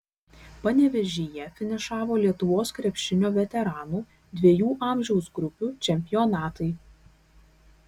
panevėžyje finišavo lietuvos krepšinio veteranų dviejų amžiaus grupių čempionatai